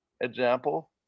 example